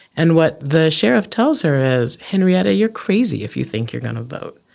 and what the sheriff tells her is, henrietta, you're crazy if you think you're going to vote.